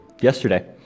yesterday